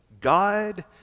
God